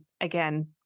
again